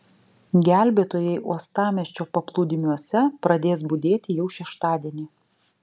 gelbėtojai uostamiesčio paplūdimiuose pradės budėti jau šeštadienį